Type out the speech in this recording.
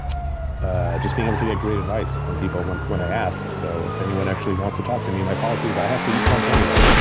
ah just being able to get great advice from people when when i ask. so if anyone actually wants to talk to me, my policy is i have to eat lunch anyway.